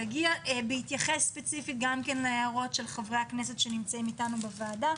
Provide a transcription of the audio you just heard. בהתייחס ספציפית להערות של חברי הכנסת שנמצאים אתנו בוועדה.